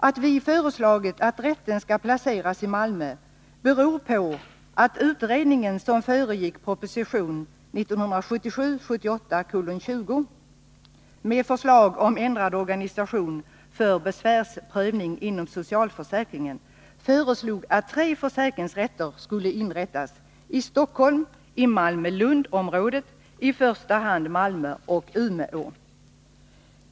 Att vi föreslagit att rätten skall placeras i Malmö beror på att den utredning som föregick proposition 1977/78:20 med förslag om ändrad organisation för besvärsprövning inom socialförsäkringen föreslog att tre försäkringsrätter skulle inrättas: i Stockholm, i Malmö-Lund-området, i första hand i Malmö, och i Umeå.